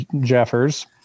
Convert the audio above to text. Jeffers